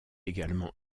également